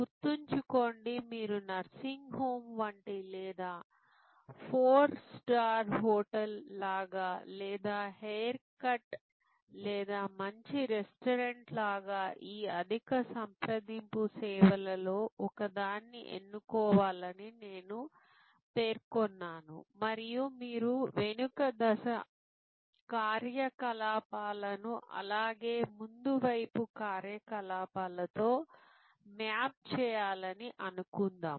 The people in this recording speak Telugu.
గుర్తుంచుకోండి మీరు నర్సింగ్ హోమ్ వంటి లేదా ఫోర్ స్టార్ హోటల్ లాగా లేదా హెయిర్ కట్ లేదా మంచి రెస్టారెంట్ లాగా ఈ అధిక సంప్రదింపు సేవలలో ఒకదాన్ని ఎన్నుకోవాలని నేను పేర్కొన్నాను మరియు మీరు వెనుక దశ కార్యకలాపాలను అలాగే ముందు వైపు కార్యకలాపాలతో మ్యాప్ చేయాలని అనుకుందాం